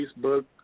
Facebook